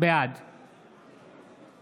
בעד